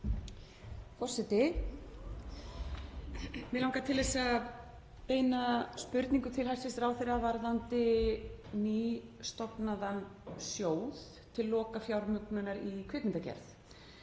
Forseti. Mig langar til að beina spurningu til hæstv. ráðherra varðandi nýstofnaðan sjóð til lokafjármögnunar í kvikmyndagerð.